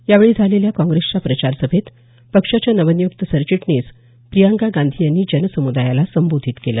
यावेळी झालेल्या काँग्रेसच्या प्रचार सभेत पक्षाच्या नवनियुक्त सरचिटणीस प्रियंका गांधी यांनी जनसमुदायाला संबोधित केलं